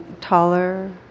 taller